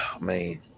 Man